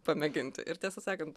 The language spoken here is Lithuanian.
pamėginti ir tiesą sakant